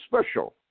special